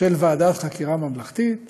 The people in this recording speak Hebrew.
של ועדת חקירה ממלכתית